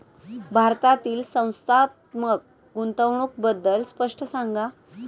भारतातील संस्थात्मक गुंतवणूक बद्दल स्पष्ट सांगा